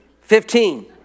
Fifteen